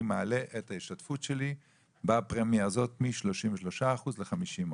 מעלה את ההשתתפות שלי בפרמיה הזאת מ-33% ל-50%.